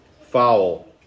Foul